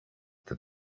that